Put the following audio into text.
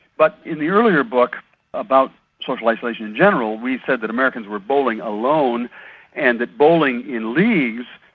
but in the earlier book about socialisation in general we said that americans were bowling alone and that bowling in leagues,